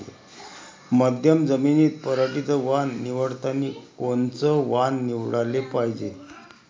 मध्यम जमीनीत पराटीचं वान निवडतानी कोनचं वान निवडाले पायजे?